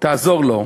תעזור לו.